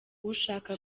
ushaka